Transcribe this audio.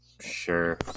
sure